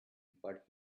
but